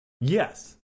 Yes